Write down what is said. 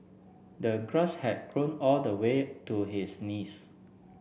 the grass had grown all the way to his knees